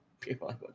people